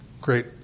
great